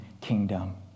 kingdom